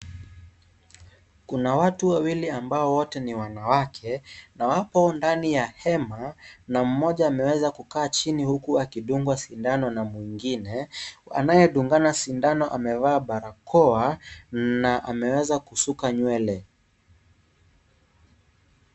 Kuna watu wawili ambao ni wanawake na wapo ndani ya hema na mmoja ameweza kukaa chini huku alifungwa sindano na mwingine anayedungana sindano amevalia barakoa na ameweza kusuka nywele .